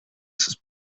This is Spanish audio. sus